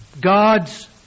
God's